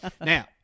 Now